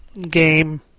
Game